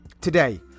Today